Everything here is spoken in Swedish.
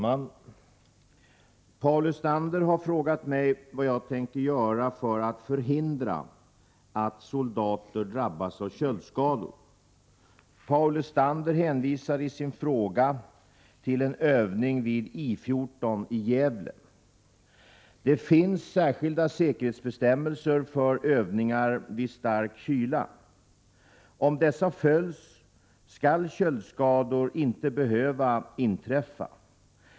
Fru talman! Paul Lestander har frågat mig vad jag tänker göra för att förhindra att soldater drabbas av köldskador. Paul Lestander hänvisar i sin fråga till en övning vid I 14 i Gävle. Det finns särskilda säkerhetsbestämmelser för övningar vid stark kyla. Om dessa bestämmelser följs skall köldskador inte behöva inträffa.